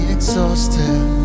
Exhausted